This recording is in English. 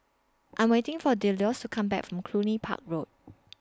I'm waiting For Delois to Come Back from Cluny Park Road